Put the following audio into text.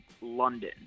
London